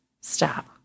stop